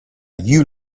you